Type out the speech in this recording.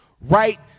right